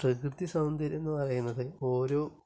പ്രകൃതി സൗന്ദര്യം എന്ന് പറയുന്നത് ഓരോ